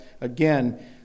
again